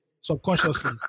subconsciously